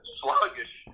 sluggish